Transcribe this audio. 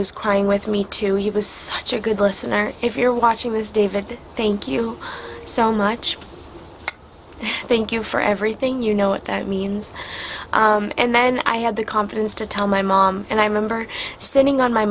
was crying with me too he was such a good listener if you're watching this david thank you so much thank you for everything you know what that means and then i had the confidence to tell my mom and i remember sitting on my